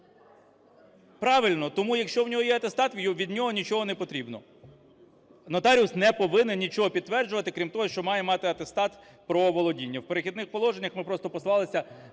Правильно. Тому, якщо в нього є атестат від нього нічого не потрібно. Нотаріус не повинен нічого підтверджувати крім того, що має мати атестат про володіння. В "Перехідних положення" ми просто послалися